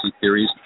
theories